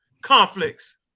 Conflicts